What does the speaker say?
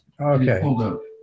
Okay